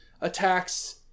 attacks